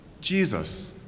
Jesus